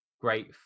great